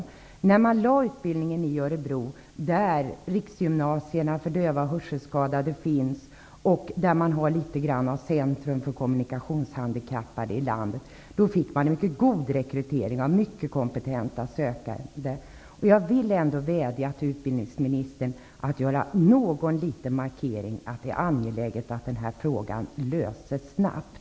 I Örebro finns ju riksgymnasierna för döva och hörselskadade, och där är litet grand av ett centrum för kommunikationshandikappade i landet. När utbildningen förlades till Örebro blev det ett gott rekryteringsunderlag med mycket kompetenta sökande. Jag vill ändå vädja till utbildningsministern att göra någon markering att det är angeläget att lösa problemet snabbt.